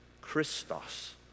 Christos